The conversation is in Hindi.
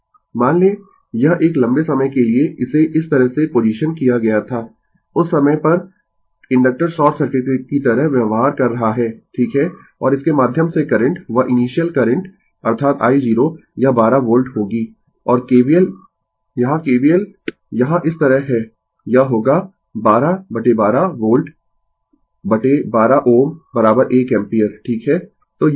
Refer Slide Time 1133 मान लें यह एक लंबे समय के लिए इसे इस तरह से पोजीशन किया गया था उस समय पर इंडक्टर शॉर्ट सर्किट की तरह व्यवहार कर रहा है ठीक है और इसके माध्यम से करंट वह इनीशियल करंट अर्थात i0 यह 12 वोल्ट होगी और KVL यहाँ KVL यहाँ इस तरह है यह होगा 1212 वोल्ट 12 Ω 1 एम्पीयर ठीक है